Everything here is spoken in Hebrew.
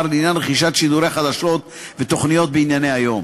לעניין רכישת שידורי חדשות ותוכניות בענייני היום.